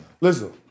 Listen